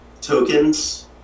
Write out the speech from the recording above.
tokens